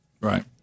Right